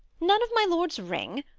none of my lord's ring!